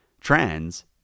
Trans